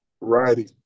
Righty